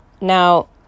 Now